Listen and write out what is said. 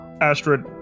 Astrid